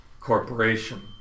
corporation